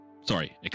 Sorry